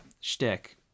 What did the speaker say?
shtick